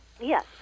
Yes